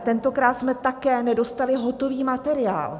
Tentokrát jsme také nedostali hotový materiál.